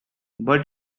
but